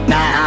Now